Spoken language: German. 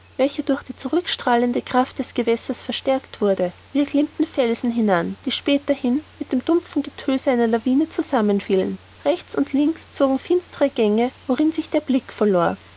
welcher durch die zurückstrahlende kraft der gewässer verstärkt wurde wir klimmten felsen hinan die späterhin mit dem dumpfen getöse einer lavine zusammen fielen rechts und links zogen finstere gänge worin sich der blick verlor